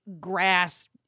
grass